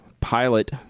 pilot